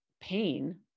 pain